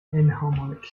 enharmonic